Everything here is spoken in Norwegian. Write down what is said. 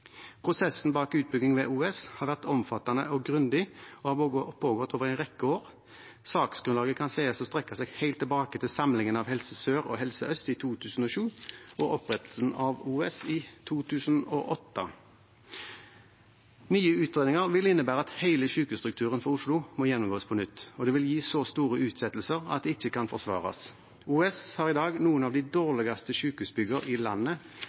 Prosessen bak utbyggingen ved OUS har vært omfattende og grundig og har pågått over en rekke år. Saksgrunnlaget kan sies å strekke seg helt tilbake til samlingen av Helse Sør og Helse Øst i 2007 og opprettelsen av OUS i 2008. Nye utredninger vil innebære at hele sykehusstrukturen for Oslo må gjennomgås på nytt, og det vil gi så store utsettelser at det ikke kan forsvares. OUS har i dag noen av de dårligste sykehusbyggene i landet.